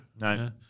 No